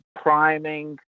priming